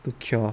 to cure